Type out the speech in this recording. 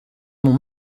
mon